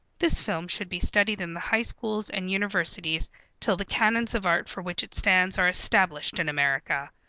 this film should be studied in the high schools and universities till the canons of art for which it stands are established in america.